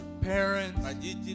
Parents